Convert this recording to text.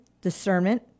discernment